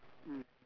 mm